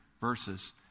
verses